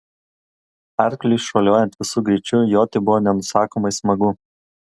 arkliui šuoliuojant visu greičiu joti buvo nenusakomai smagu